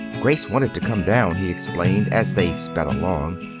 grace wanted to come down, he explained, as they sped along,